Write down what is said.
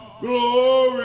Glory